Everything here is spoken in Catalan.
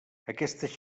aquestes